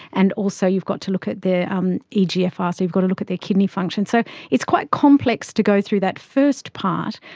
and also you've got to look at their um egfr, ah so you've got to look at their kidney function. so it's quite complex to go through that first part.